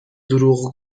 دروغ